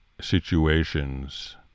situations